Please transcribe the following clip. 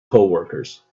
coworkers